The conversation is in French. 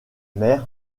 mer